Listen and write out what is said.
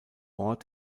ort